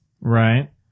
Right